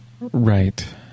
Right